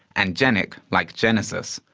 and genic, like genesis,